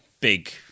big